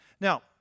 Now